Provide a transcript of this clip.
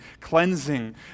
cleansing